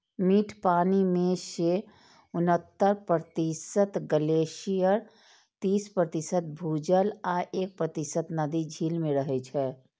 मीठ पानि मे सं उन्हतर प्रतिशत ग्लेशियर, तीस प्रतिशत भूजल आ एक प्रतिशत नदी, झील मे रहै छै